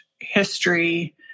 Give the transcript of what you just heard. history